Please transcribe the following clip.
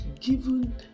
given